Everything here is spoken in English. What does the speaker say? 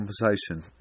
conversation